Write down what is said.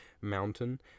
mountain